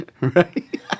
Right